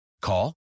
Call